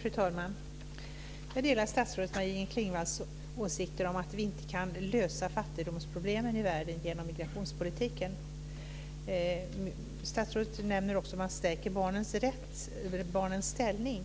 Fru talman! Jag delar statsrådet Maj-Inger Klingvalls åsikt att vi inte kan lösa fattigdomsproblemen i världen genom migrationspolitiken. Statsrådet nämner också att man stärker barnens ställning.